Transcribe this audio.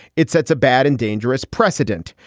it sets a bad and dangerous precedent.